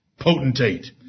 potentate